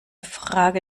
frage